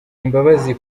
imbabazi